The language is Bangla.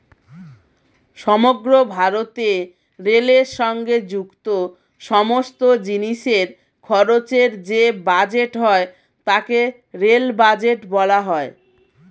সমগ্র ভারতে রেলের সঙ্গে যুক্ত সমস্ত জিনিসের খরচের যে বাজেট হয় তাকে রেল বাজেট বলা হয়